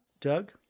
Doug